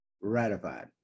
ratified